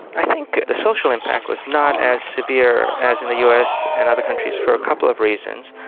i think the social impact was not as severe as in the us and other countries for a couple of reasons.